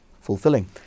fulfilling